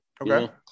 Okay